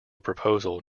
proposal